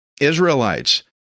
Israelites